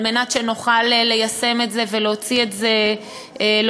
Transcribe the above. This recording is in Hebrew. על מנת שנוכל ליישם את זה ולהוציא את זה לפועל.